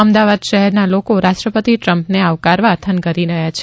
અમદાવાદ શહેરના લોકો રાષ્ટ્રપતિ ટ્રમ્પને આવકારવા થનગની રહ્યા છે